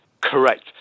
Correct